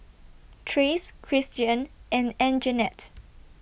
Trace Cristian and Anjanette